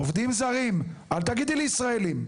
עובדים זרים, אל תגידי לי ישראלים.